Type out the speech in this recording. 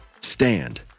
Stand